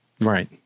Right